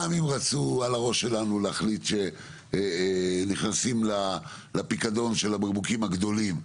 גם אם רצו על הראש שלנו להחליט שנכנסים לפיקדון של הבקבוקים הגדולים,